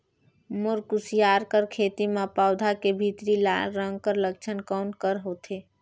मोर कुसियार कर खेती म पौधा के भीतरी लाल रंग कर लक्षण कौन कर होथे?